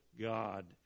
God